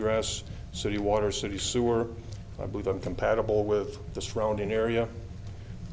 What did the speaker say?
egress city water city sewer i believe i'm compatible with the surrounding area